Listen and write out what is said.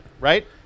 right